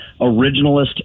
originalist